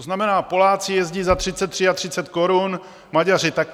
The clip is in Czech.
To znamená, Poláci jezdí za třicet, třiatřicet korun, Maďaři taky.